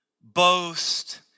boast